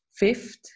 fifth